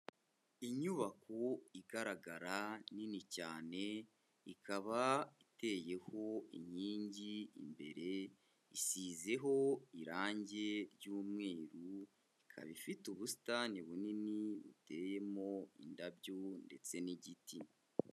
Inyubako igaragara nini cyane ikaba iteyeho inkingi imbere, isizeho irange ry'umweru ikaba ifite ubusitani bunini buteyemo indabyo ndetse n'igiti.